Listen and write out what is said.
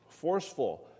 forceful